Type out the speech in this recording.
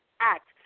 act